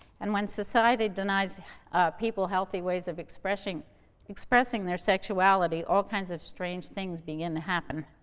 and when society denies people healthy ways of expressing expressing their sexuality, all kinds of strange things begin to happen.